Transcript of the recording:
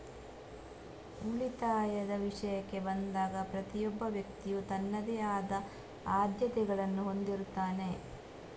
ಉಳಿತಾಯದ ವಿಷಯಕ್ಕೆ ಬಂದಾಗ ಪ್ರತಿಯೊಬ್ಬ ವ್ಯಕ್ತಿಯು ತನ್ನದೇ ಆದ ಆದ್ಯತೆಗಳನ್ನು ಹೊಂದಿರುತ್ತಾನೆ